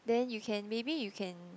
then you can maybe you can